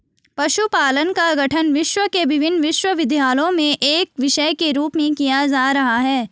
पशुपालन का पठन विश्व के विभिन्न विश्वविद्यालयों में एक विषय के रूप में किया जा रहा है